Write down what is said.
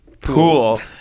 pool